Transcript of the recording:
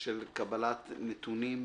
של קבלת נתונים